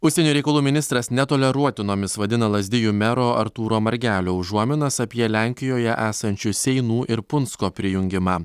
užsienio reikalų ministras netoleruotinomis vadina lazdijų mero artūro margelio užuominas apie lenkijoje esančių seinų ir punsko prijungimą